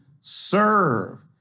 serve